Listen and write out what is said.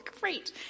great